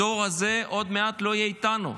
הדור הזה עוד מעט לא יהיה איתנו.